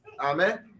Amen